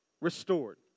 Restored